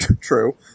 true